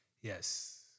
Yes